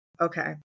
Okay